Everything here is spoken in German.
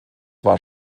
war